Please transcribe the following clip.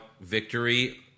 victory